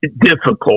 difficult